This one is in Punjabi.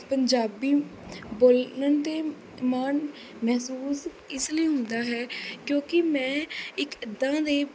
ਪੰਜਾਬੀ ਬੋਲਣ 'ਤੇ ਮਾਣ ਮਹਿਸੂਸ ਇਸ ਲਈ ਹੁੰਦਾ ਹੈ ਕਿਉਂਕਿ ਮੈਂ ਇੱਕ ਇੱਦਾਂ ਦੇ